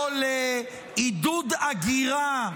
-- או לעידוד הגירה?